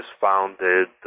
founded